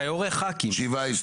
שבעה.